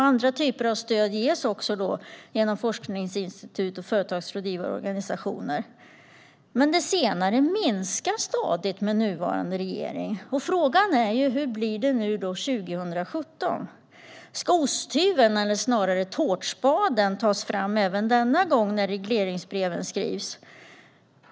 Andra typer av stöd ges genom forskningsinstitut och företagsrådgivarorganisationer. Det senare minskar dock stadigt med nuvarande regering. Frågan är hur det blir 2017. Ska osthyveln eller snarare tårtspaden tas fram även denna gång när regleringsbreven skrivs?